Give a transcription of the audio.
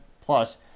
Plus